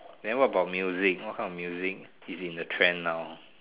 then what about music what kind of music is in the trend now